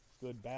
Good